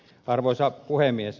arvoisa puhemies